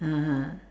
(uh huh)